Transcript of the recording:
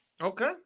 okay